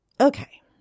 Okay